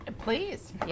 Please